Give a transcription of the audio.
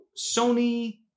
Sony